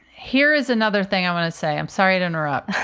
here is another thing i want to say. i'm sorry to interrupt.